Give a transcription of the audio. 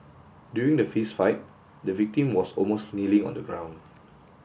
during the fist fight the victim was almost kneeling on the ground